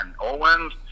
Owens